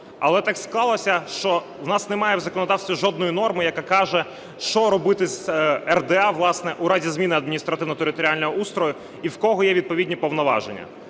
Але так склалося, що в нас немає в законодавстві жодної норми, яка каже, що робити з РДА, власне, у разі зміни адміністративно-територіального устрою і в кого є відповідні повноваження.